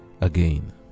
Again